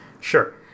Sure